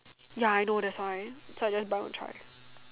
ya I know that's why so I just buy one try